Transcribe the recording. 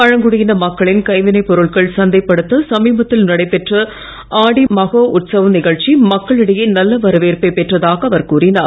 பழங்குடியின மக்களின் கைவினைப் பொருட்கள் கிஷன் சந்தைப்படுத்த சமீபத்தில் நடைபெற்ற ஆடி மகோட்சவ் நிகழ்ச்சி மக்கள் இடையே நல்ல வரவேற்பை பெற்றதாக அவர் கூறினார்